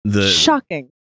Shocking